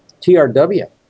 TRW